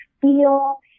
feel